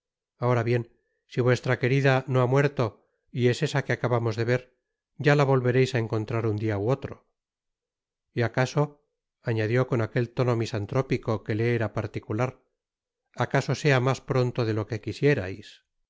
ahora bien si vuestra querida no ha muerto y es esa que acabamos de ver ya la volvereis á encontrar un dia ú otro y acaso añadió con aquel tono misantrópico que le era particular acaso sea mas pronto de lo que quisierais